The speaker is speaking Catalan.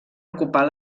ocupar